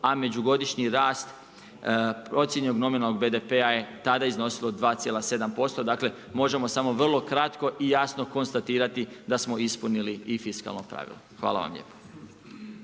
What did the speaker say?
međugodišnji rast procijenjenog nominalnog BDP-a je tada iznosilo 2,7%, dakle, možemo samo vrlo kratko i jasno konstatirati da smo ispunili i fiskalno pravilo. Hvala vam lijepa.